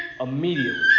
immediately